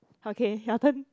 okay your turn